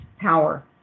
power